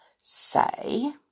say